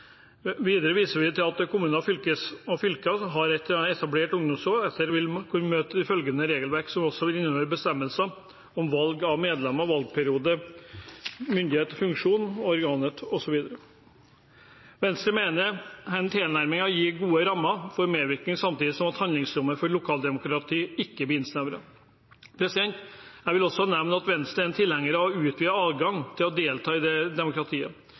Videre viser vi til at kommuner og fylker som har eller etablerer ungdomsråd, etter dette vil måtte følge regelverket, som også vil inneholde bestemmelser om valg av medlemmer, valgperiode, myndighet og funksjon for organet, osv. Venstre mener denne tilnærmingen gir gode rammer for medvirkning, samtidig som handlingsrommet for lokaldemokratiet ikke blir innsnevret. Jeg vil også nevne at Venstre er tilhenger av å utvide adgangen til å delta i det demokratiet.